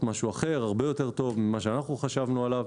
משהו אחר הרבה יותר טוב ממה שאנחנו חשבנו עליו.